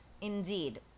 Indeed